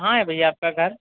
कहाँ है भैया आप का घर